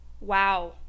wow